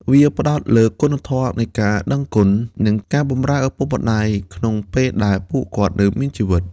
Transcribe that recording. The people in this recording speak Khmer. វាផ្តោតលើគុណធម៌នៃការដឹងគុណ និងការបម្រើឪពុកម្តាយក្នុងពេលដែលពួកគាត់នៅមានជីវិត។